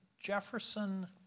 Jefferson